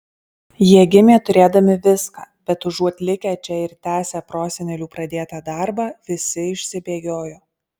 jie gimė turėdami viską bet užuot likę čia ir tęsę prosenelių pradėtą darbą visi išsibėgiojo